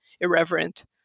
irreverent